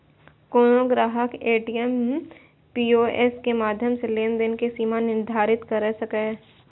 कोनो ग्राहक ATM, POS के माध्यम सं लेनदेन के सीमा निर्धारित कैर सकैए